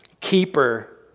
keeper